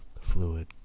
fluid